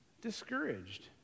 discouraged